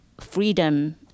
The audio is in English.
freedom